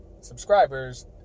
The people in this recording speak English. subscribers